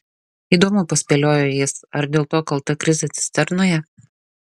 įdomu paspėliojo jis ar dėl to kalta krizė cisternoje